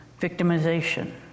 victimization